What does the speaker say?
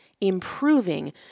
Improving